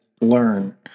learn